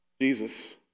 Jesus